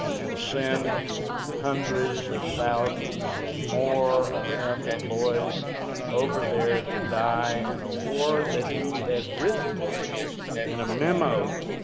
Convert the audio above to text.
and send hundreds of thousands more american boys over there, to die in a war, that he had written in a memo,